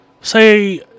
say